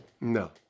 No